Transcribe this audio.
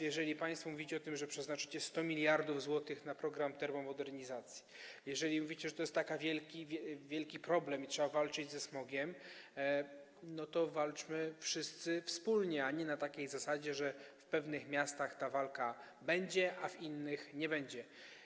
Jeżeli państwo mówicie o tym, że przeznaczycie 100 mld zł na program termomodernizacji, jeżeli mówicie, że to jest tak wielki problem i że trzeba walczyć ze smogiem, to walczmy wszyscy wspólnie, a nie na takiej zasadzie, że w pewnych miastach ta walka będzie, a w innych jej nie będzie.